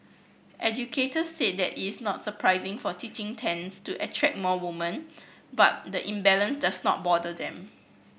educators said that it is not surprising for teaching tends to attract more woman but the imbalance does not bother them